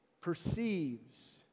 perceives